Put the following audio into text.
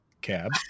Cab*